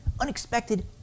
unexpected